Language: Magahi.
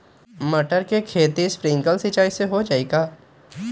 मटर के खेती स्प्रिंकलर सिंचाई से हो जाई का?